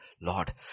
Lord